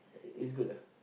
it's good ah